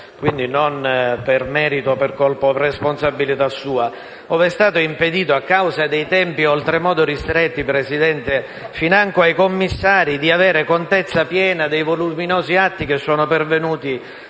quindi, non per merito o colpa o responsabilità sua - ove è stato impedito, a causa dei tempi oltremodo ristretti financo ai commissari di avere contezza piena dei voluminosi atti pervenuti